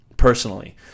Personally